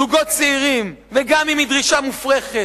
זוגות צעירים, וגם אם היא דרישה מופרכת.